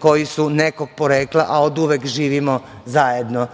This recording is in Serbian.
koji su nekog porekla, a oduvek živimo zajedno.